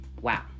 Wow